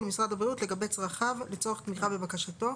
למשרד הבריאות לגבי צרכיו לצורך תמיכה בבקשתו,